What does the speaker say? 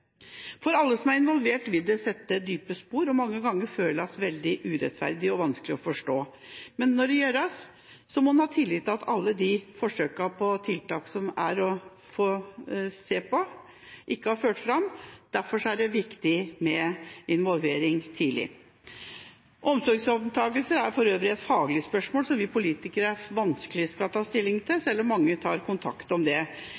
For alle som er involvert, vil det sette dype spor, og det vil mange ganger føles veldig urettferdig og vanskelig å forstå. Men når det gjøres, må en ha tillit til at alle forsøk på tiltak som har blitt prøvd ut, ikke har ført fram. Derfor er det viktig med tidlig involvering. Omsorgsovertakelser er for øvrig et faglig spørsmål som vi politikere vanskelig kan ta stilling til, selv om mange tar kontakt om det.